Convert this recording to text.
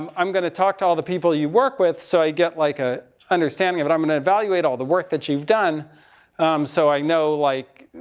um i'm going to talk to all the people you work with so i get like a, understanding of it. i'm going to evaluate all the work that you've done so i know like,